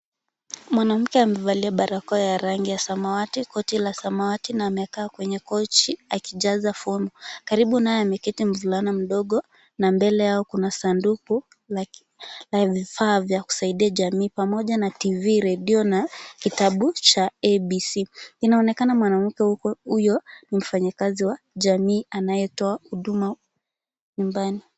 Mwanamke amevalia barakoa ya rangi ya samawati, koti la samawati na amekaa kwenye kochi akijaza fomu. Karibu naye ameketi mvulana mdogo na mbele yao kuna sanduku la vifaa vya kusaidia jamii pamoja na tv,redio na kitabu cha ABC.Inaonekana mwanamke huyo mfanyikazi wa jamii anayetoa huduma nyumbani.